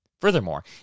Furthermore